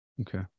Okay